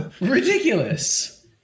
Ridiculous